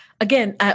again